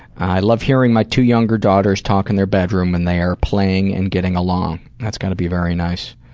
i love hearing my two younger daughters talk in their bedroom when they are playing and getting along. that's got to be very nice.